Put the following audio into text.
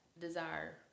desire